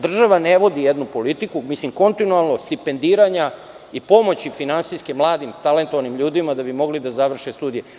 Država ne vodi jednu politiku kontinualnog stipendiranja i finansijske pomoći mladim, talentovanim ljudima da bi mogli da završe studije.